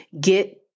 get